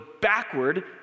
backward